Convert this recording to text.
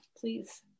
please